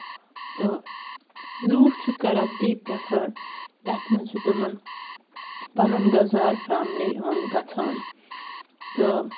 تہٕ لوٗکھ چھِ کران تی پرٛیٚفر تَتھ منٛز چھُ تِمَن پَنُن گُزارٕ فیملی ہُنٛد گژھان تہٕ